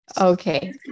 Okay